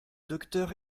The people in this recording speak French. docteur